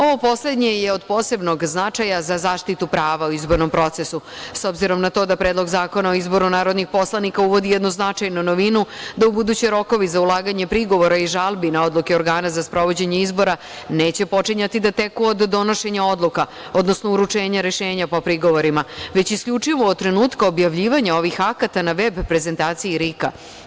Ovo poslednje je od posebnog značaja za zaštitu prava u izbornom procesu, s obzirom na to da Predlog zakona o izboru narodnih poslanika uvodi jednu značajnu novinu da ubuduće rokovi za ulaganje prigovora i žalbi na odluke organa za sprovođenje izbora neće počinjati da teku od donošenja odluka, odnosno uručenja rešenja po prigovorima, već isključivo od trenutka objavljivanja ovih akata na veb prezentaciji RIK-a.